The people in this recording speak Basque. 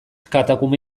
katakume